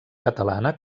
catalana